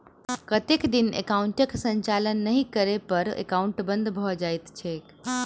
कतेक दिन एकाउंटक संचालन नहि करै पर एकाउन्ट बन्द भऽ जाइत छैक?